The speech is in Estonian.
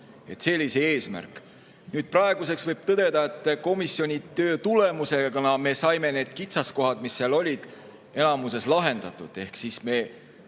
See oli see eesmärk. Praeguseks võib tõdeda, et komisjoni töö tulemusena me saime need kitsaskohad, mis seal olid, enamasti lahendatud. Ehk me